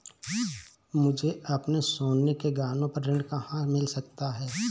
मुझे अपने सोने के गहनों पर ऋण कहाँ मिल सकता है?